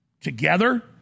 together